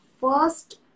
first